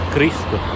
Cristo